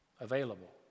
available